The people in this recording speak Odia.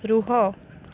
ରୁହ